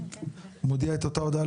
מודיע את אותו הודעה,